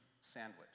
Sandwich